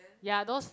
ya those